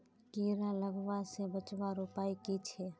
कीड़ा लगवा से बचवार उपाय की छे?